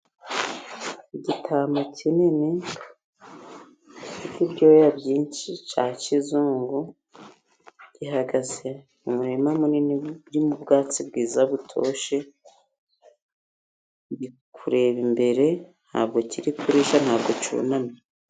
Igitama kinini, gifite ibyoya byinshi cya kizungu, gihagaze mu murima munini urimo ubwatsi bwiza butoshye. Kiri kureba imbere, ntabwo kiri kurisha, ntabwo cyunamye.